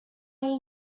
all